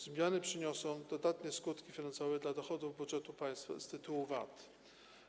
Zmiany przyniosą dodatnie skutki finansowe dla dochodów budżetu państwa z tytułu VAT.